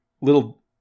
little